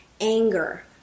anger